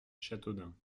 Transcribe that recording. châteaudun